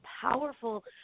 powerful